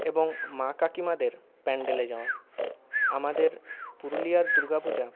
এবং মা কাকিমাদের প্যান্ডেলে যাওয়া আমাদের পুরুলিয়ার দুর্গাপূজা